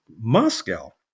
Moscow